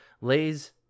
lays